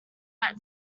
heart